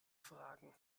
fragen